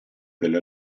delle